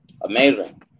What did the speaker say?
Amazing